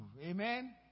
Amen